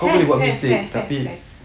have have have have have